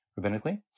rabbinically